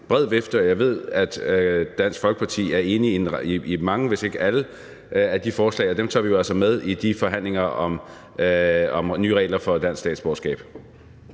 jeg ved, at Dansk Folkeparti er enig i en række, hvis ikke i alle, af de forslag, og dem tager vi jo altså med i de forhandlinger om nye regler for dansk statsborgerskab.